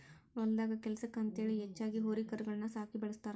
ಹೊಲದಾಗ ಕೆಲ್ಸಕ್ಕ ಅಂತೇಳಿ ಹೆಚ್ಚಾಗಿ ಹೋರಿ ಕರಗಳನ್ನ ಸಾಕಿ ಬೆಳಸ್ತಾರ